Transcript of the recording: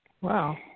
Wow